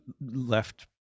left